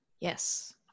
Yes